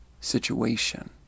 situation